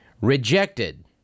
rejected